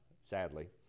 sadly